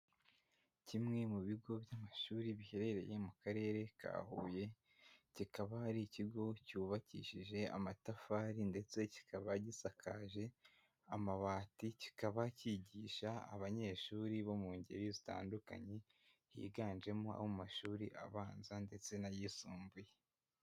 Kimwe mu bigo by'amashuri biherereye mu karere ka Huye kikaba ari ikigo cyubakishije amatafari, ndetse kikaba gisakaje amabati, kikaba kigisha abanyeshuri bo mu ngeri zitandukanye, higanjemo amashuri abanza ndetse n'ayisumbuye.